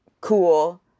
cool